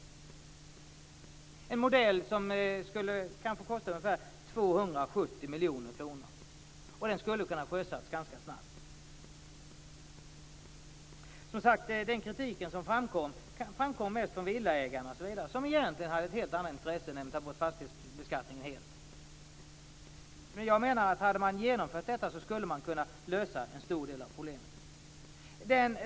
Det är en modell som skulle kosta ungefär 270 miljoner kronor. Den skulle kunna ha sjösatts ganska snabbt. Den kritiken som framkom kom mest från villaägarna, som egentligen hade helt andra intressen, nämligen att ta bort fastighetsbeskattningen helt. Jag menar att hade man genomfört detta skulle man ha kunnat lösa en stor del av problemet.